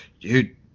dude